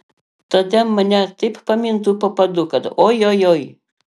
tada mane taip pamintų po padu kad ojojoi